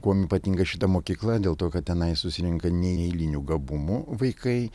kuom ypatinga šita mokykla dėl to kad tenai susirenka neeilinių gabumų vaikai